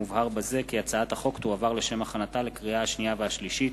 מובהר בזה כי הצעת החוק תועבר לשם הכנתה לקריאה השנייה והשלישית